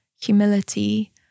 humility